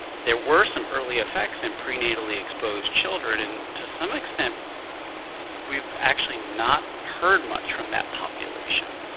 there were some early effects in prenatally-exposed children, and to some extent we've actually not heard much from that population.